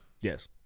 Yes